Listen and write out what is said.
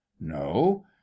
no